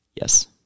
yes